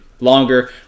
longer